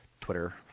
Twitter